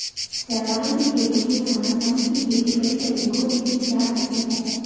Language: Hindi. शैवाल की खेती के समान, शंख की खेती कई तरीकों से की जा सकती है